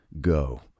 go